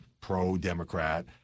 pro-Democrat